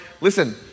Listen